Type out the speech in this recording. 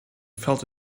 felt